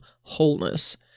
wholeness